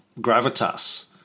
Gravitas